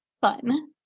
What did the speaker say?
fun